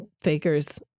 Fakers